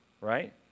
right